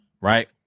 right